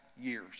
years